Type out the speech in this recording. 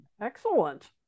Excellent